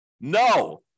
No